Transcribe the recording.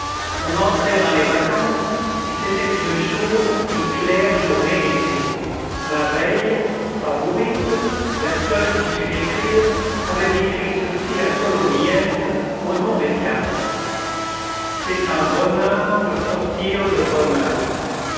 on entrait dans les vacances et c'était une chaude et claire journée d'été la veille favourite la seule qui sût écrire avait écrit ceci à tholomyès au nom des quatre c'est un bonne heure de sortir de bonheur